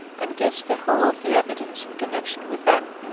and gives the whole of the evidence in connection with them.